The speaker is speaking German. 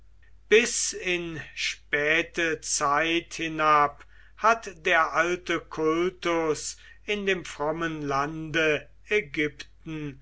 bis in späte zeit hinab hat der alte kultus in dem frommen lande ägypten